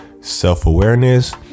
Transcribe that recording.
self-awareness